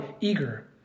eager